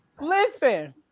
Listen